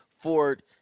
Ford